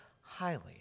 highly